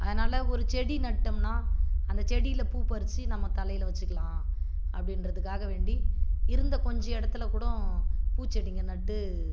அதனால் ஒரு செடி நட்டோம்னா அந்த செடியில பூ பறிச்சு நம்ம தலையில் வச்சுக்கலாம் அப்படின்றதுக்காக வேண்டி இருந்த கொஞ்ச இடத்துல கூடம் பூச்செடிங்க நட்டு